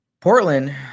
Portland